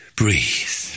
breathe